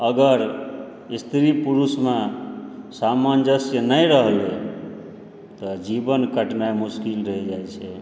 अगर स्त्री पुरुषमे सामंजस्य नहि रहलै तऽ जीवन कटनाइ मुश्किल रैह जाइ छै